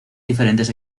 diferentes